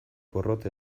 porrot